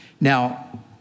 Now